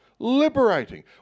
Liberating